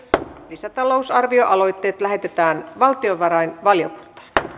lisätalousarvioaloitteet lähetetään valtiovarainvaliokuntaan